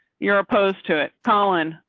you're opposed to colin.